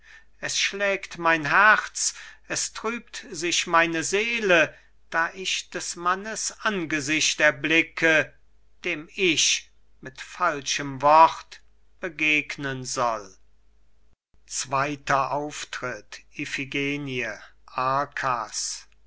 es schlägt mein herz es trübt sich meine seele da ich des mannes angesicht erblicke dem ich mit falschem wort begegnen soll zweiter auftritt iphigenie